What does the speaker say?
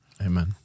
Amen